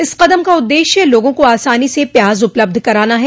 इस कदम का उद्देश्य लोगों को आसानी से प्याज उपलब्ध कराना है